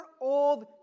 Old